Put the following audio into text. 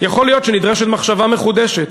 יכול להיות שנדרשת מחשבה מחודשת.